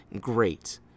great